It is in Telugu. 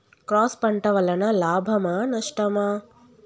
క్రాస్ పంట వలన లాభమా నష్టమా?